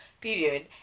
Period